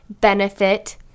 benefit